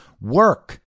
work